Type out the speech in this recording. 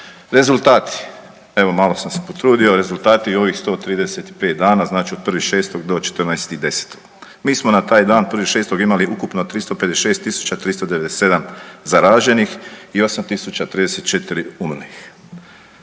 Rezultati. Evo malo sam se potrudio. Rezultati ovih 135 dana, znači od 1.6. do 14.10. Mi smo na taj dan 1.6. imali ukupno 356397 zaraženih i 8034 umrlih.